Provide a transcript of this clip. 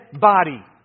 body